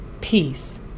Peace